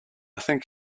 think